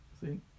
See